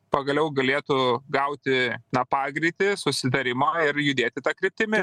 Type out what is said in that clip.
pagaliau galėtų gauti na pagreitį susitarimą ir judėti ta kryptimi